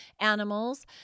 animals